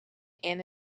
and